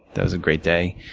that was a great day.